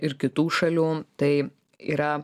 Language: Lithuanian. ir kitų šalių tai yra